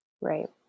Right